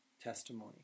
testimony